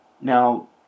Now